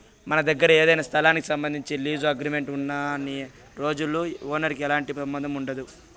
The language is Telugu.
మన దగ్గర ఏదైనా స్థలానికి సంబంధించి లీజు అగ్రిమెంట్ ఉన్నన్ని రోజులు ఓనర్ కి ఎలాంటి సంబంధం ఉండదు